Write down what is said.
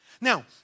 Now